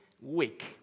week